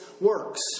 works